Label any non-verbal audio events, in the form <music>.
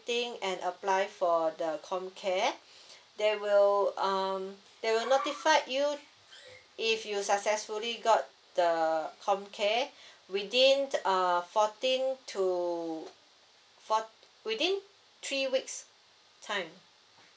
thing and apply for the com care there will um there will notify you if you successfully got the com care <breath> within err fourteen to four within three weeks time